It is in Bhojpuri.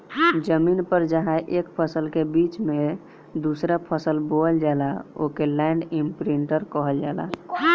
जमीन पर जहां एक फसल के बीच में दूसरा फसल बोवल जाला ओके लैंड इमप्रिन्टर कहल जाला